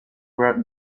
wrote